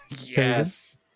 yes